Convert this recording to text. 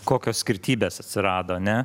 kokios skirtybės atsirado ne